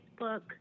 facebook